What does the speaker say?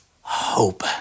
hope